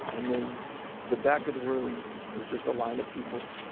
and then the back of the room is just a line of people,